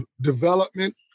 development